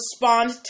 respond